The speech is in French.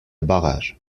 barrage